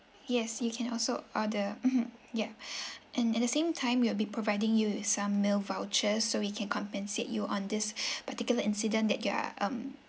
yes you can also order mmhmm yup and at the same time we'll be providing you with some meal vouchers so we can compensate you on this particular incident that you are um